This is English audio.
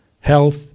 health